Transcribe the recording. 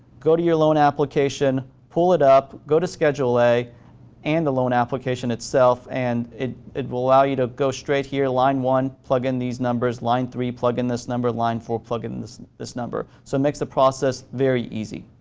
go to your loan application, pull it up, go to schedule a and the loan application itself, and it it will allow you to go straight here line one, plug in this number, line three, plug in this number, line four, plug in this this number. so, it makes the process very easy.